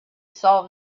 solve